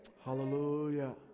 Hallelujah